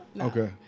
Okay